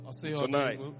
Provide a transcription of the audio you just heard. Tonight